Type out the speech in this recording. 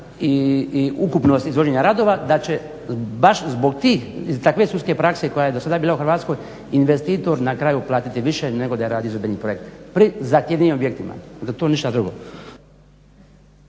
i ukupnost izvođenja radova da će baš zbog tih i takve sudske prakse koja je do sada bila u Hrvatskoj investitor na kraju platiti više nego da je radio izvedbeni objekt, pri zahtjevnijim objektima, da to ništa drugo.